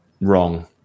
wrong